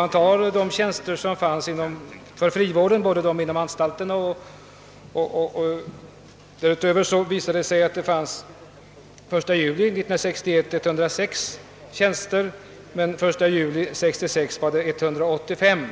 Ser man på tjänsterna för frivården, både anstaltstjänsterna och övriga, finner man att antalet den 1 juli 1961 var 106 medan det den 1 juni 1966 hade ökat till 185,